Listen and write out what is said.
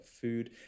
food